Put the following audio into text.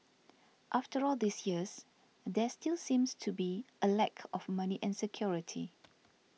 after all these years there still seems to be a lack of money and security